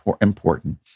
important